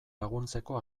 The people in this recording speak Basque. laguntzeko